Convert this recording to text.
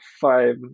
five